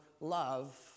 love